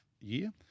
year